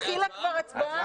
התחילה כבר ההצבעה.